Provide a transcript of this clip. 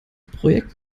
projekt